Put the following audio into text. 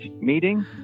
meeting